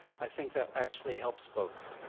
i think that actually helps both.